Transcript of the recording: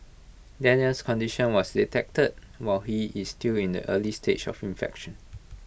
Daniel's condition was detected while he is still in the early stage of infection